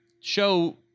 show